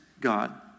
God